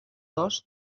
dos